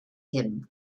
him